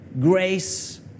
grace